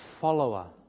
follower